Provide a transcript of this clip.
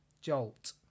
jolt